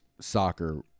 soccer